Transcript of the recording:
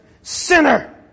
sinner